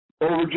over